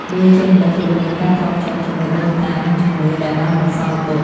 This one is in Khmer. វាជានិមិត្តរូបនៃការតភ្ជាប់ជាមួយដូនតា និងជំនឿដែលបានបន្សល់ទុក។